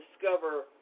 discover